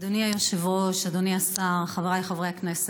אדוני היושב-ראש, אדוני השר, חבריי חברי הכנסת,